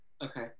Okay